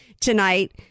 tonight